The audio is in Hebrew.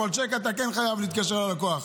אבל צ'ק אתה כן חייב להתקשר ללקוח.